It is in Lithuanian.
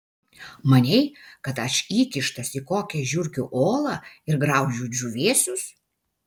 manei kad aš įkištas į kokią žiurkių olą ir graužiu džiūvėsius